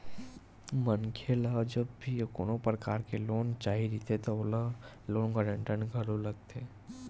मनखे ल जब भी कोनो परकार के लोन चाही रहिथे त ओला लोन गांरटर घलो लगथे